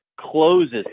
closes